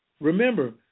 Remember